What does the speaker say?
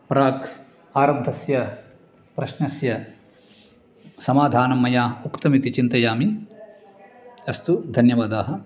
प्राक् आरब्धस्य प्रश्नस्य समाधानं मया उक्तमिति चिन्तयामि अस्तु धन्यवादाः